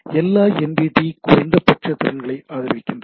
எல்லா என்விடி குறைந்தபட்ச திறன்களை ஆதரிக்கிறது